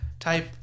type